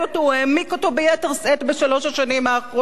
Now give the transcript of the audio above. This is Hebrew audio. הוא העמיק אותו ביתר שאת בשלוש השנים האחרונות.